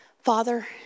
Father